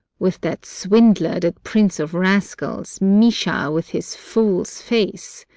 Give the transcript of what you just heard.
with that swindler, that prince of rascals, misha, with his fool's face?